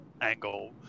angle